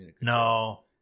No